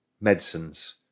medicines